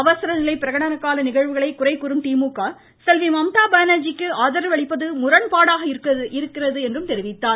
அவசரநிலை பிரகடன கால நிகழ்வுகளை குறை கூறும் திமுக செல்வி மம்தா பானர்ஜிக்கு ஆதரவளிப்பது முரண்பாடாக உள்ளது என்று குறிப்பிட்டார்